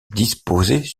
disposées